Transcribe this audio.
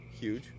huge